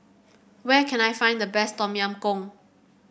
where can I find the best Tom Yam Goong